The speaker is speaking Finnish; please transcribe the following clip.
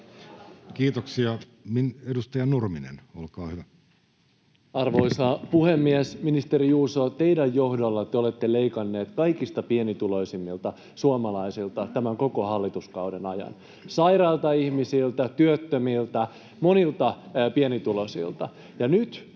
Werning sd) Time: 16:10 Content: Arvoisa puhemies! Ministeri Juuso, teidän johdollanne te olette leikanneet kaikista pienituloisimmilta suomalaisilta tämän koko hallituskauden ajan, sairailta ihmisiltä, työttömiltä, monilta pienituloisilta.